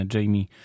Jamie